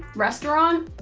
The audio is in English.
restaurant.